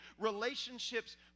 relationships